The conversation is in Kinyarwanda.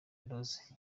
rose